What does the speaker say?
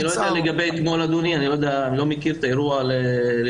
לגבי אתמול אדוני אני לא מכיר את האירוע לאשורו,